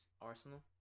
Arsenal